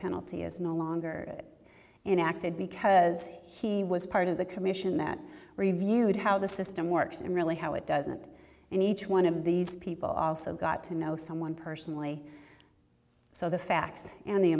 penalty is no longer it and acted because he was part of the commission that reviewed how the system works and really how it doesn't and each one of these people also got to know someone personally so the facts and the